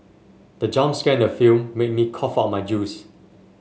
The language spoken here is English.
the jump scare in the film made me cough out my juice